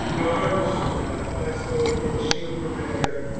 arms! he cries my sword and shield prepare!